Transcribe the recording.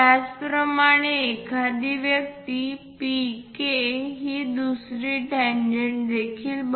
त्याचप्रमाणे एखादी व्यक्ती PK ही दुसरी टॅन्जेन्ट देखील बनवू शकते